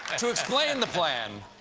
to explain the plan,